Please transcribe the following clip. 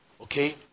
Okay